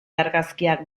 argazkiak